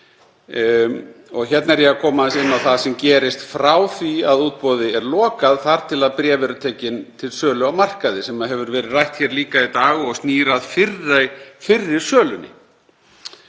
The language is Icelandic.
Hér er ég að koma aðeins inn á það sem gerist frá því að útboði er lokað þar til að bréf eru tekin til sölu á markaði, sem hefur verið rætt hér líka í dag og snýr að fyrri sölunni.